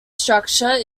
structure